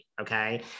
okay